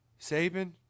Saban